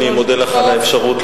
אני מודה לך על האפשרות,